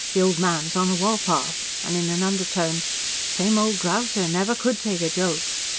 the old man's on the warpath. and in an undertone same old grouser! never could take a joke.